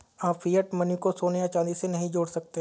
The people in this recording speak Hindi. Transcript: आप फिएट मनी को सोने या चांदी से नहीं जोड़ सकते